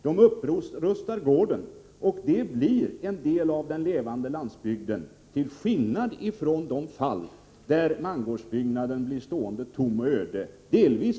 De upprustar gården, som därmed blir en del av den levande landsbygden — till skillnad från de mangårdsbyggnader som blir stående tomma och öde vid sammanläggningar.